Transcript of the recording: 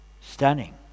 stunning